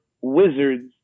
wizards